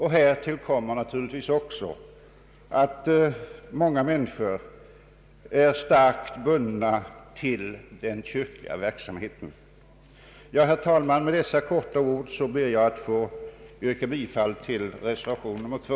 Härtill kommer naturligtvis också att många människor är starkt bundna till den kyrkliga verksamheten. Herr talman! Med dessa få ord ber jag att få yrka bifall till reservationen 2.